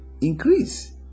increase